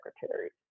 Secretaries